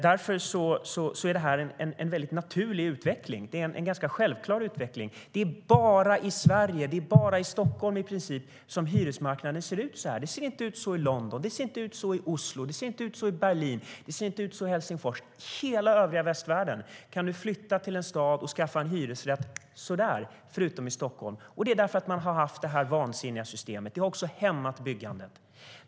Därför är detta en mycket naturlig och självklar utveckling. Det är bara i Sverige och i princip bara i Stockholm som hyresmarknaden ser ut så här. Det ser inte ut så i London, i Oslo, i Berlin och i Helsingfors. I hela den övriga västvärlden kan man flytta till en stad och skaffa en hyresrätt på ett enkelt sätt, förutom i Stockholm. Det är för att vi här har haft detta vansinniga system som också har hämmat byggandet.